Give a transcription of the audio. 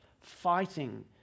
fighting